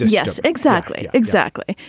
yes exactly. exactly.